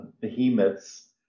behemoths